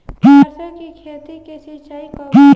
सरसों की खेती के सिंचाई कब होला?